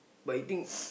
but you think